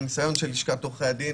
מניסיונה של לשכת עורכי הדין